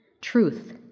Truth